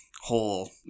whole